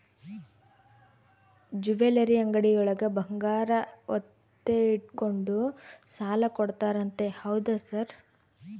Jewellery ಅಂಗಡಿಯೊಳಗ ಬಂಗಾರ ಒತ್ತೆ ಇಟ್ಕೊಂಡು ಸಾಲ ಕೊಡ್ತಾರಂತೆ ಹೌದಾ ಸರ್?